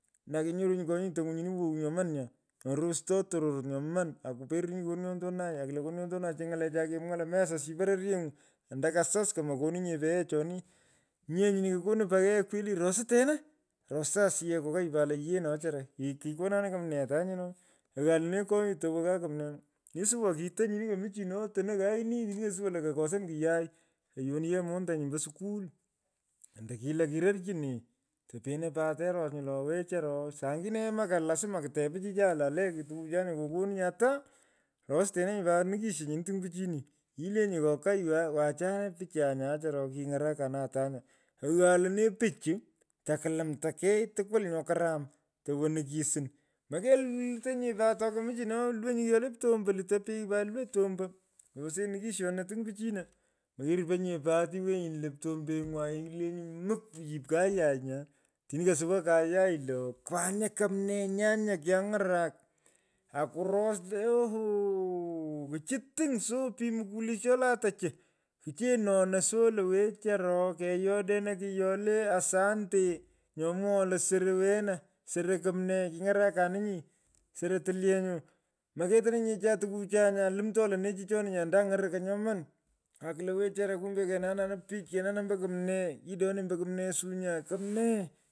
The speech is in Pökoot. Andan kenyorunyi konyutony’u nyini wow nooman nyaa. Nyo rustoy tororot nyoman nakuperurinyi kokonyontonai akulo kokonyontonai ochi ngalechai kimwaa lo mesaschi pororyeng’u ando kasas komakonunye paghechoni. Nyi yee nyino kokonu paghee kweli rosutena. rosa asiyech kokai pat lo yee no wechara kighi kikonani kumnee. Isuwa kito nyinu komichino tono kaini. tini kesuwa lo kokosan kiyai. keyoni montanyi ombo skui ando kilo kirorchini. Topeno pat te ros nyo lo. wechara o. saaingine moku lasma kitepinyi chichai lo ole ko tiukuchan cha kokonunyi. Rosteny pat nukisho nyini tiny pichini. Ilenyi kokai we. kwachue pichai nyu choro kiny’arakanin atanya. Aghan lenee pichu. tokulumta kegh nyo karam to wo nukisin mekelutenyi nye oat tokomichino luwonyi kyole ptombo lutoy peign pat iluw ptombo. Ruse nikisyonona ting pichino. Nyo irupunyi pat iwenyi luw ptombe ng’u ailenyi muk ryip kayai nyaa. Otini kusowa kayai lo kwanyi kumnee nyanys kiany’arak. akuros lo ‘oohooo’. kuchi tiny so pich mukwulis cho lata cho. kuchu none so lo wechara oo keyodena kyolee asante. mwogho lo soro wena soro kumnee. kiny’arakaninyi. soro tilyenyu moketenenyinye chichai tukuchai. lumto lenee chichoni nya andan ng’orokoi nyoman. akulo wechara kumbe kenunin pich. kenunin ombo komnee yidoo nee ambo kumnee suu nyaa kumnee.